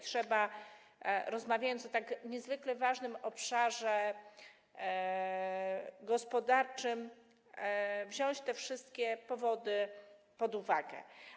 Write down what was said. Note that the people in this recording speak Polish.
Trzeba, rozmawiając o tak niezwykle ważnym obszarze gospodarczym, wziąć te wszystkie powody pod uwagę.